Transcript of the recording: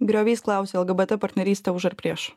griovys klausia lgbt partnerystė už ar prieš